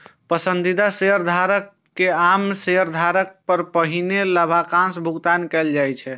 पसंदीदा शेयरधारक कें आम शेयरधारक सं पहिने लाभांशक भुगतान कैल जाइ छै